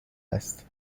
است